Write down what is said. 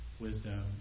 wisdom